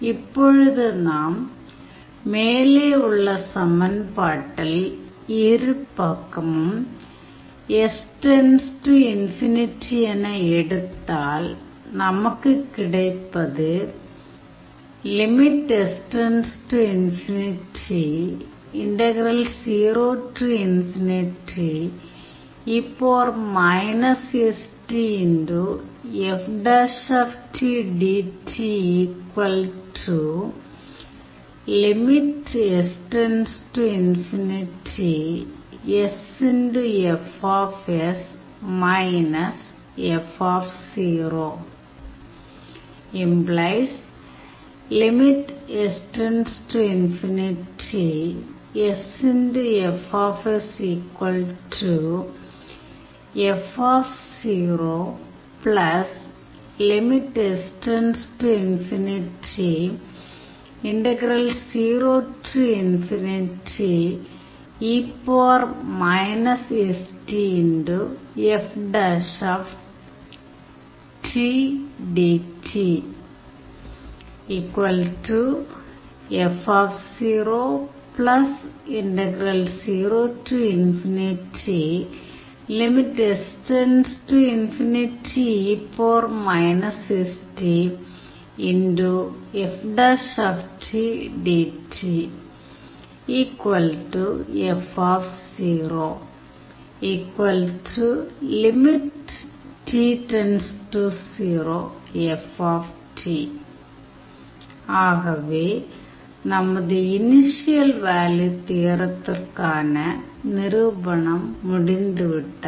இப்பொழுது நாம் மேலே உள்ள சமன்பாட்டில் இரு பக்கமும் s →∞ என எடுத்தால் நமக்குக் கிடைப்பது ஆகவே நமது இனிஷியல் வேல்யூ தியோரத்திற்கான நிரூபணம் முடிந்து விட்டது